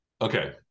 Okay